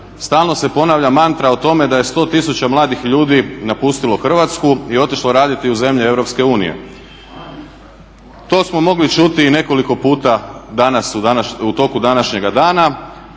stalno se ponavlja mantra o tome da je 100 tisuća mladih ljudi napustilo Hrvatsku i otišlo raditi u zemlje EU, to smo mogli čuti i nekoliko puta danas u toku današnjega dana.